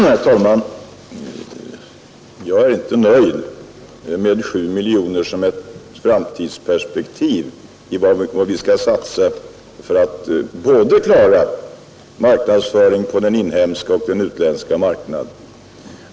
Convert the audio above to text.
Herr talman! Jag är inte nöjd med 7 miljoner, som ett framtidsperspektiv när det gäller att klara av marknadsföringen på både den inhemska och den utländska marknaden.